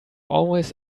always